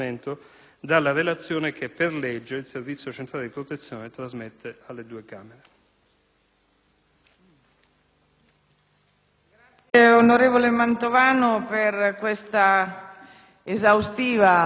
dalla relazione che per legge il Servizio centrale di protezione trasmette alle due Camere.